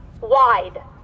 wide